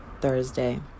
Thursday